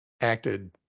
acted